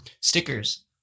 Stickers